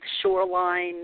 shoreline